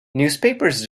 newspapers